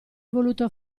voluto